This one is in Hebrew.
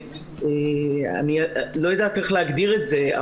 אני לא יודעת להגדיר את זה,